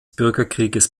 bürgerkrieges